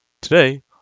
Today